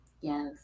Yes